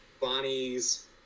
Bonnie's